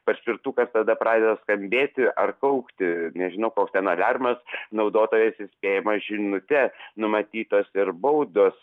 paspirtukas tada pradeda skambėti ar kaukti nežinau koks ten aliarmas naudotojas įspėjamas žinute numatytos ir baudos